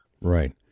Right